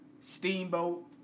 Steamboat